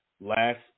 last